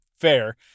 Fair